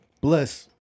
Bless